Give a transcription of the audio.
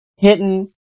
Hidden